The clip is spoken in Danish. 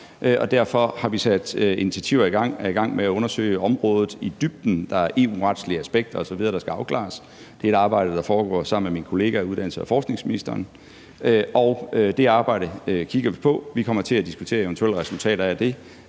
og derfor har vi sat initiativer i gang og er i gang med at undersøge området i dybden. Der er EU's retslige aspekter osv., der skal afklares. Det er et arbejde, der foregår sammen med min kollega, uddannelses- og forskningsministeren, og det arbejde kigger vi på. Vi kommer til at diskutere eventuelle resultater af det,